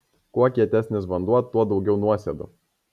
kuo kietesnis vanduo tuo daugiau nuosėdų